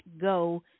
go